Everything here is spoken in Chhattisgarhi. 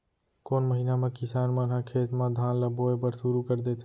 कोन महीना मा किसान मन ह खेत म धान ला बोये बर शुरू कर देथे?